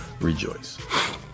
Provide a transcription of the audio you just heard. rejoice